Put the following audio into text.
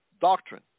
doctrine